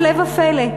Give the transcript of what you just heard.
הפלא ופלא,